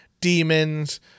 demons